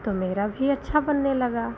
तो मेरा भी अच्छा बनने लगा